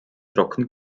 trocken